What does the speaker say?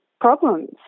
problems